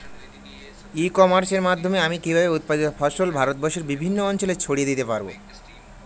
ই কমার্সের মাধ্যমে আমি কিভাবে উৎপাদিত ফসল ভারতবর্ষে বিভিন্ন অঞ্চলে ছড়িয়ে দিতে পারো?